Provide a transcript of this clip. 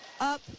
up